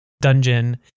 dungeon